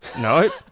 No